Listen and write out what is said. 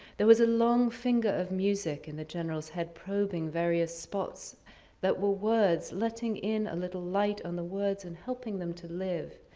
there was a long finger of music in the general's head probing various spots that were words letting in a little light on the words and helping them to live.